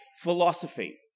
philosophy